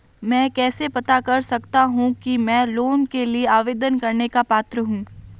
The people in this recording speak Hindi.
मैं कैसे पता कर सकता हूँ कि मैं लोन के लिए आवेदन करने का पात्र हूँ?